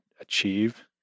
achieve